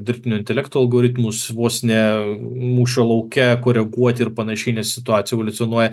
dirbtinio intelekto algoritmus vos ne mūšio lauke koreguoti ir panašiai nes situacija evoliucionuoja